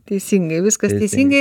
teisingai viskas teisingai